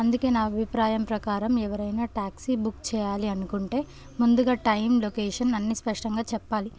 అందుకే నా అభిప్రాయం ప్రకారం ఎవరైనా ట్యాక్సీ వ్ బుక్ చెయ్యాలి అనుకుంటే ముందుగా టైం లొకేషన్ అన్ని స్పష్టంగా చెప్పాలి